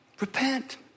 Repent